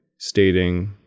Stating